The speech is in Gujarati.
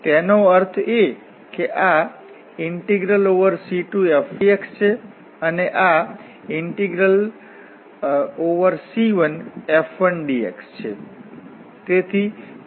તેથી તેનો અર્થ એ કે આC2F1dx છે અને આC1F1dx છે